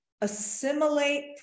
assimilate